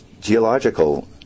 geological